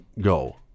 go